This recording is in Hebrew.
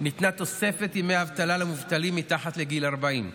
ניתנה תוספת ימי אבטלה למובטלים מתחת לגיל 40,